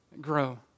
grow